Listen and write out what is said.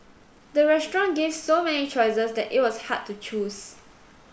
the restaurant gave so many choices that it was hard to choose